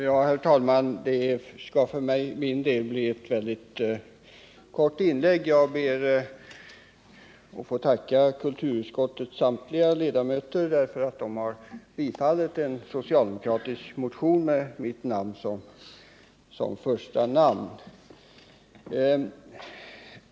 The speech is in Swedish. Herr talman! Det skall för min del bli ett mycket kort inlägg. Jag ber att få tacka kulturutskottets samtliga ledamöter för att de biträtt en socialdemokratisk motion där jag står som första namn.